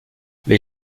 les